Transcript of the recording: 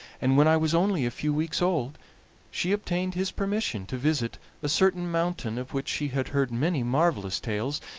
and when i was only a few weeks old she obtained his permission to visit a certain mountain of which she had heard many marvelous tales,